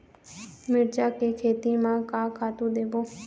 मिरचा के खेती म का खातू देबो?